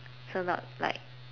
so like